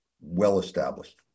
well-established